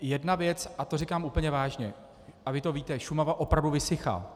Jedna věc, a to říkám úplně vážně, a vy to víte, Šumava opravdu vysychá.